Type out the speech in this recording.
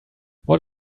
what